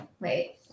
Wait